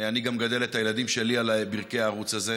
אני גם מגדל את הילדים שלי על ברכי הערוץ הזה.